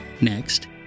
Next